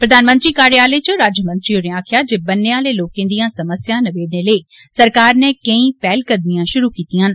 प्रधानमंत्री कार्यालय च राज्यमंत्री होरें आक्खेआ जे बन्ने आले लोकें दियां समस्या नबेड़ने लेई सरकार नै केई पैहलकदमियां शुरु कीतियां न